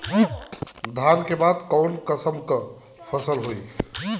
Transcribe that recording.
धान के बाद कऊन कसमक फसल होई?